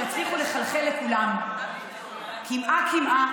שיצליח לחלחל לכולם: קמעה-קמעה,